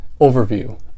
overview